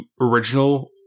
original